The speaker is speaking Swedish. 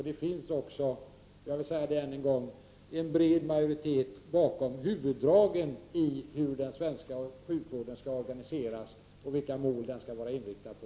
Det finns också - det vill jag säga än en gång - en bred majoritet bakom huvuddragen för hur den svenska sjukvården skall organiseras och vilka mål den skall vara inriktad på.